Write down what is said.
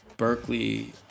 Berkeley